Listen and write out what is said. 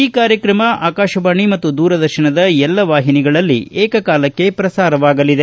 ಈ ಕಾರ್ಯಕ್ರಮಆಕಾಶವಾಣಿ ಮತ್ತು ದೂರದರ್ಶನದ ಎಲ್ಲ ವಾಹಿನಿಗಳಲ್ಲಿ ಏಕಕಾಲಕ್ಕೆ ಪ್ರಸಾರವಾಗಲಿದೆ